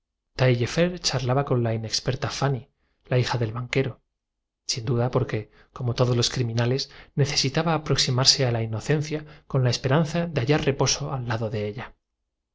ustedaña con la inexperta fanny la hija del banquero sin duda porque como dió se está sonriendo y un asesino a quien este relato hubiera todos los criminales necesitaba aproximarse a la inocencia con la puesto en el potro del tormento no podría mostrarse tan calmoso su esperanza de hallar reposo al lado de eua